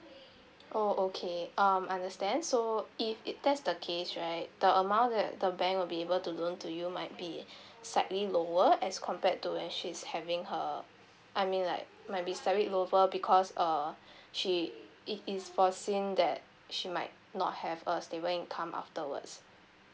oh okay um understand so if it that's the case right the amount that the bank will be able to loan to you might be slightly lower as compared to when she's having her I mean like might be slightly lower because err she it is foreseen that she might not have a stable income afterwards